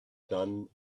done